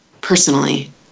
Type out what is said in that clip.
personally